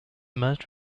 merged